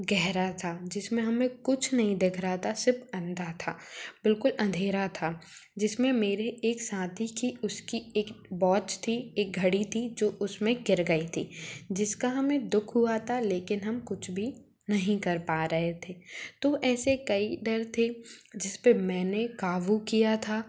गहरा था जिसमें हमें कुछ नहीं दिख रहा था सिर्फ अंधा था बिल्कुल अंधेरा था जिसमें मेरे एक साथी की उसकी एक वॉच थी एक घड़ी थी जो उसमें गिर गई थी जिसका हमें दुःख हुआ था लेकिन हम कुछ भी नहीं कर पा रहे थे तो ऐसे कई डर थे जिस पर मैंने काबू किया था